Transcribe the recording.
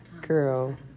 Girl